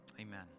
amen